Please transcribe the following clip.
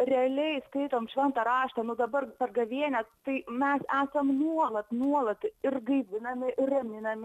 realiai skaitom šventą raštą nuo dabar per gavėnią tai mes esam nuolat nuolat ir gaivinami ir raminami